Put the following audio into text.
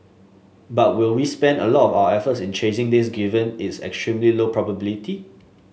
but will we spend a lot of our efforts in chasing this given its extremely low probability